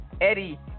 Eddie